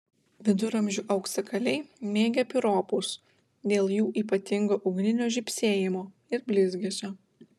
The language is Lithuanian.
viduramžių auksakaliai mėgę piropus dėl jų ypatingo ugninio žybsėjimo ir blizgesio